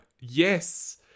Yes